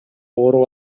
ооруп